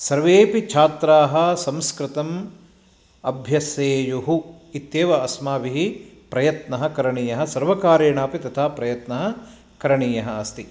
सर्वेऽपि छात्राः संस्कृतम् अभ्यस्येयुः इत्येव अस्माभिः प्रयत्नः करणीयः सर्वकारेणापि तथा प्रयत्नः करणीयः अस्ति